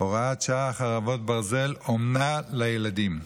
(הוראת שעה, חרבות ברזל) (אומנה לילדים),